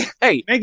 Hey